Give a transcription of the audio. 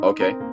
Okay